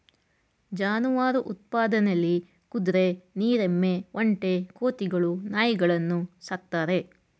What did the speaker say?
ಜಾನುವಾರು ಉತ್ಪಾದನೆಲಿ ಕುದ್ರೆ ನೀರ್ ಎಮ್ಮೆ ಒಂಟೆ ಕೋತಿಗಳು ನಾಯಿಗಳನ್ನು ಸಾಕ್ತಾರೆ